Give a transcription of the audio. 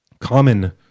common